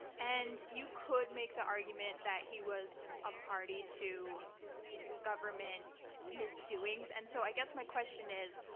and you could make the argument that he was a party to government misdoings. and so i guess my question is,